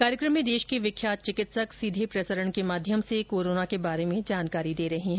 कार्यकम में देश के विख्यात चिकित्सक सीधे प्रसारण के माध्यम से कोरोना के बारे में जानकारी दे रहे हैं